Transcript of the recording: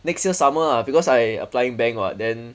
next year summer ah because I applying bank what then